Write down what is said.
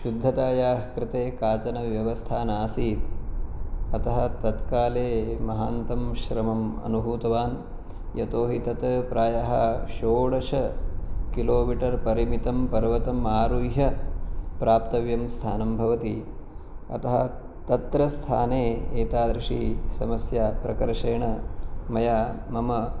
शुद्धतायाः कृते काचन व्यवस्था नासीत् अतः तत्काले महान्तं श्रमम् अनुभूतवान् यतो हि तत् प्रायः षोडश किलोमिटर् परिमितं पर्वतम् आरुह्य प्राप्तव्यं स्थानं भवति अतः तत्र स्थाने एतादृशी समस्या प्रकर्षेण मया मम